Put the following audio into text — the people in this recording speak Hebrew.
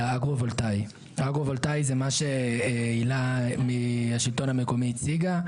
לגבי האגרו-וולטאי שהילה מהשלטון המקומי הציגה.